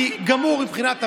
אני גמור מבחינת הבנק,